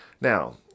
Now